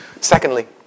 Secondly